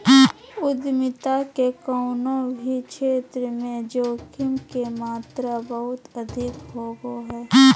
उद्यमिता के कउनो भी क्षेत्र मे जोखिम के मात्रा बहुत अधिक होवो हय